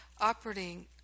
operating